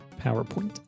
PowerPoint